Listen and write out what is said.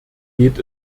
geht